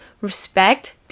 respect